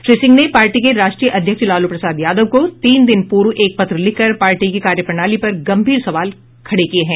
श्री सिंह ने पार्टी के राष्ट्रीय अध्यक्ष लालू प्रसाद यादव को तीन दिन पूर्व एक पत्र लिखकर पार्टी की कार्यप्रणाली पर गंभीर सवाल खड़े किए हैं